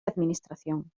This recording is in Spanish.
administración